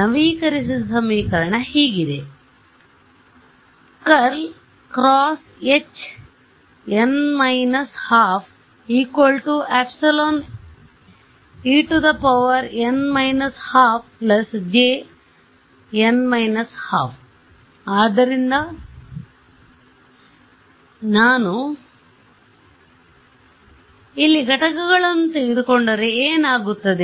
ನವೀಕರಿಸಿದ ಸಮೀಕರಣ ಹೀಗಿದೆ ಆದ್ದರಿಂದ ನಾನು ಇಲ್ಲಿ ಘಟಕಗಳನ್ನು ತೆಗೆದುಕೊಂಡರೆ ಏನಾಗುತ್ತದೆ